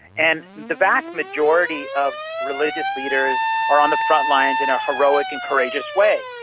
and the vast majority of religious leaders are on the front lines in a heroic and courageous way.